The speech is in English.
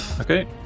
okay